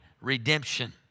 redemption